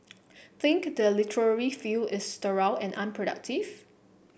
think the literary field is sterile and unproductive